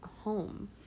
Home